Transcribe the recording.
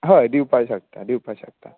हय दिवपा शकता दिवपा शकता